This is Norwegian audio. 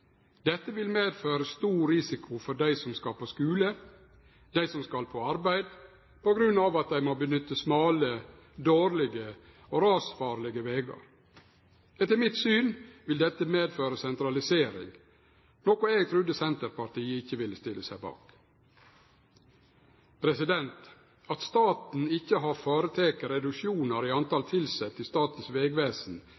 Dette vil medføre stor risiko for dei som skal på skule, dei som skal på arbeid, på grunn av at dei må nytte smale, dårlege og rasfarlege vegar. Etter mitt syn vil dette medføre sentralisering, noko eg trudde Senterpartiet ikkje ville stille seg bak. At staten ikkje har føreteke reduksjonar i